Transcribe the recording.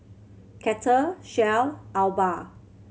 Kettle Shell Alba